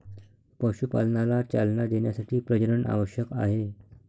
पशुपालनाला चालना देण्यासाठी प्रजनन आवश्यक आहे